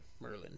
Merlin